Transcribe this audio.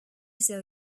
saw